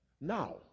Now